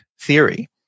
theory